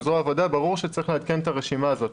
זרוע העבודה ברור שצריך לעדכן את הרשימה הזאת,